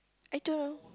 I don't know